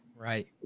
Right